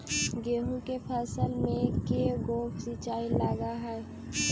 गेहूं के फसल मे के गो सिंचाई लग हय?